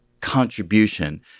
contribution